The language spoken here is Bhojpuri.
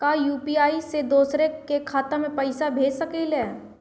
का यू.पी.आई से दूसरे के खाते में पैसा भेज सकी ले?